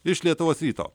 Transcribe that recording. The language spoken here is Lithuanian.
iš lietuvos ryto